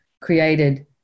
created